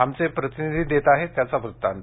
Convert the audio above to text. आमचे प्रतिनिधी देत आहेत त्याचा वृत्तांत